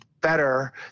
better